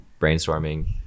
brainstorming